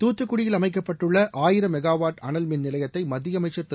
தூத்துக்குடியில் அமைக்கப்பட்டுள்ள ஆயிரம் மெகாவாட் அனல் மின்நிலையத்தை மத்திய அமைச்சர் திரு